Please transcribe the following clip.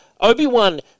Obi-Wan